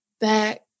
back